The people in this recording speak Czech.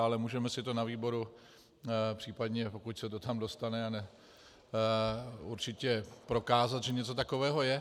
Ale můžeme si to na výboru případně, pokud se to tam dostane, určitě prokázat, že něco takového je.